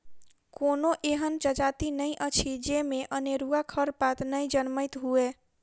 कोनो एहन जजाति नै अछि जाहि मे अनेरूआ खरपात नै जनमैत हुए